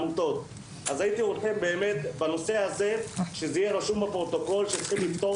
אז הייתי רוצה באמת בנושא הזה שזה יהיה רשום בפרוטוקול שצריכים לפתור